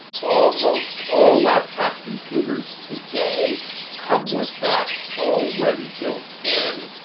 almost all laptop computers today come with that already built in.